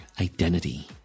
identity